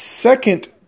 second